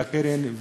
והקרן,